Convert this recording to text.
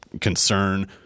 concern